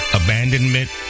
abandonment